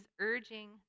urging